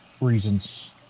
reasons